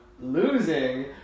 losing